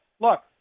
look